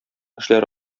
эшләре